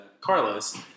Carlos